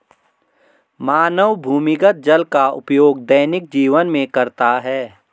मानव भूमिगत जल का उपयोग दैनिक जीवन में करता है